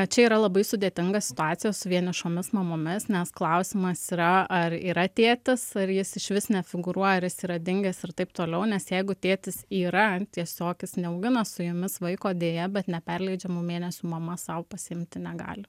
čia yra labai sudėtinga situacija su vienišomis mamomis nes klausimas yra ar yra tėtis ar jis išvis nefigūruoja ar jis yra dingęs ir taip toliau nes jeigu tėtis yra tiesiog jis neaugina su jumis vaiko deja bet neperleidžiamų mėnesių mama sau pasiimti negali